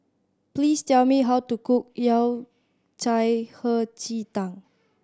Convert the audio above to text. please tell me how to cook Yao Cai Hei Ji Tang